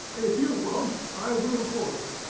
if you won't, i will for you.